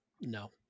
No